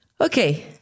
Okay